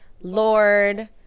Lord